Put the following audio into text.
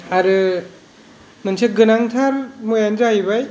आरो मोनसे गोनांथार मुवायानो जाहैबाय